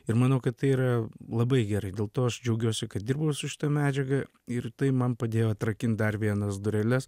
ir manau kad tai yra labai gerai dėl to aš džiaugiuosi kad dirbau su šita medžiaga ir tai man padėjo atrakinti dar vienas dureles